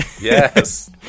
Yes